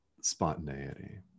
spontaneity